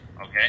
okay